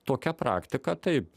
tokia praktika taip